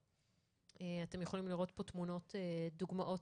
אתם יכולים לראות פה תמונות ודוגמאות